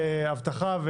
אבטחה.